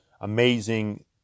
amazing